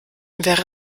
wäre